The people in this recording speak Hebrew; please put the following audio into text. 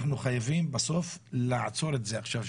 אנחנו חייבים בסוף לעצור את זה עכשיו.